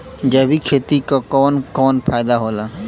जैविक खेती क कवन कवन फायदा होला?